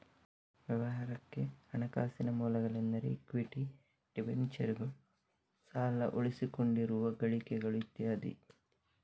ವ್ಯವಹಾರಕ್ಕೆ ಹಣಕಾಸಿನ ಮೂಲಗಳೆಂದರೆ ಇಕ್ವಿಟಿ, ಡಿಬೆಂಚರುಗಳು, ಸಾಲ, ಉಳಿಸಿಕೊಂಡಿರುವ ಗಳಿಕೆಗಳು ಇತ್ಯಾದಿ